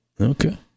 Okay